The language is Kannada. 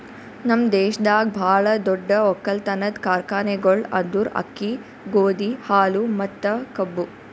ನಮ್ ದೇಶದಾಗ್ ಭಾಳ ದೊಡ್ಡ ಒಕ್ಕಲತನದ್ ಕಾರ್ಖಾನೆಗೊಳ್ ಅಂದುರ್ ಅಕ್ಕಿ, ಗೋದಿ, ಹಾಲು ಮತ್ತ ಕಬ್ಬು